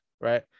Right